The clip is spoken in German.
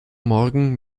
morgen